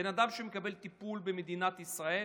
בן אדם שמקבל טיפול במדינת ישראל